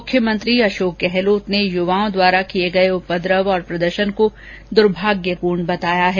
मुख्यमंत्री अशोक गहलोत ने अभ्यर्थियों द्वारा किए गए उपद्रव और प्रदर्शन को दुर्भाग्यपूर्ण बताया है